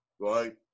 right